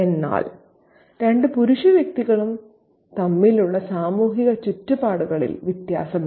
എന്നാൽ രണ്ട് പുരുഷ വ്യക്തികളും തമ്മിലുള്ള സാമൂഹിക ചുറ്റുപാടുകളിൽ വ്യത്യാസമുണ്ട്